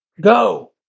Go